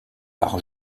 par